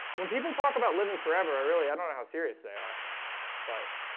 when people talk about living forever, i really i don't know how serious they are but